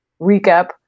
recap